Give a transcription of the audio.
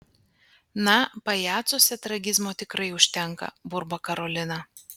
na pajacuose tragizmo tikrai užtenka burba karolina